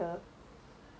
such a weird answer